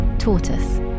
Tortoise